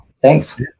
Thanks